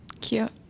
cute